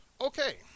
Okay